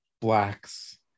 blacks